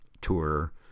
tour